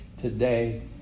today